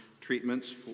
treatments